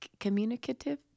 Communicative